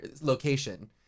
location